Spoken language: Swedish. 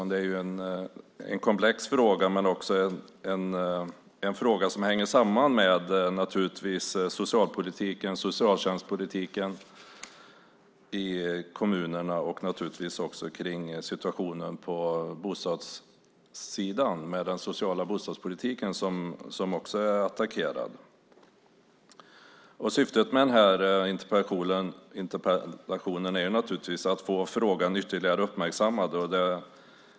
Det är en komplex fråga, en fråga som hänger samman med socialpolitiken, socialtjänstpolitiken i kommunerna och naturligtvis också med situationen på bostadssidan med den sociala bostadspolitiken som är attackerad. Syftet med den här interpellationen är att få frågan ytterligare uppmärksammad.